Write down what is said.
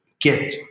get